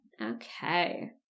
Okay